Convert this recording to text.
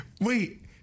Wait